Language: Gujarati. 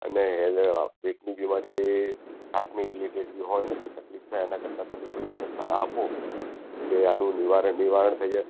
અને હેલ આ પેટની બીમારી હાર્ટને રિલેટેડ બી હોય ને કંઈક તકલીફ થાય એના કરતાં તમે થોડી મને સલાહ આપો કે આનું નિવારણ નિવારણ થઈ જાય